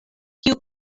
kiu